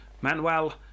Manuel